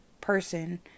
person